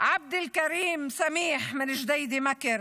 עבד אלקרים סמיח מג'דיידה-מכר,